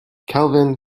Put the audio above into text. kelvin